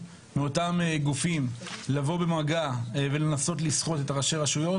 מאותם גופים לבוא במגע ולנסות לסחוט את ראשי הרשויות.